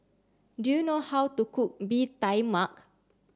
do you know how to cook Bee Tai Mak